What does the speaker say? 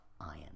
iron